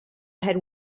had